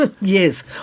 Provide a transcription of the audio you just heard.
Yes